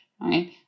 right